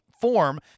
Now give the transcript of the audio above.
form